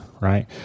right